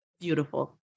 beautiful